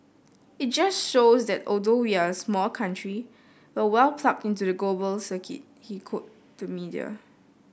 it just shows that although we're a small country we well plugged into the global circuit he cold the media